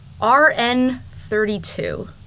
RN32